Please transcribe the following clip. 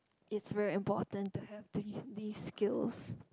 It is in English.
it's very important to have the these skills